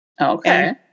Okay